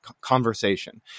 Conversation